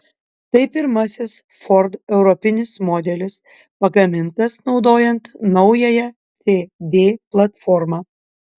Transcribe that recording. tai pirmasis ford europinis modelis pagamintas naudojant naująją cd platformą